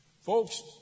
Folks